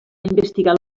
investigar